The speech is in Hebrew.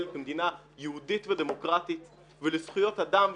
כמדינה יהודית ודמוקרטית ולזכויות אדם,